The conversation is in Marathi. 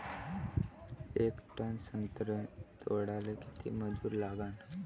येक टन संत्रे तोडाले किती मजूर लागन?